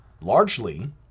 largely